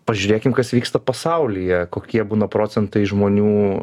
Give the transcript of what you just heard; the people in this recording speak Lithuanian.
pažiūrėkim kas vyksta pasaulyje kokie būna procentai žmonių